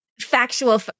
factual